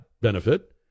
benefit